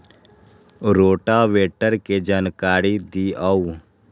Rotavator के जानकारी दिआउ?